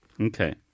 Okay